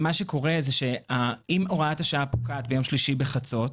אם הוראת השעה פוקעת ביום שלישי בחצות,